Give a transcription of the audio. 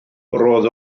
roedd